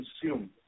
consume